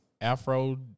Afro